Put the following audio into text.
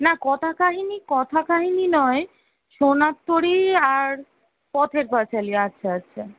না কথা কাহিনী কথা কাহিনী নয় সোনার তরী আর পথের পাঁচালী আচ্ছা আচ্ছা